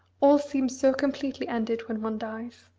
all seems so completely ended when one dies.